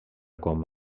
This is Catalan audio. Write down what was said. com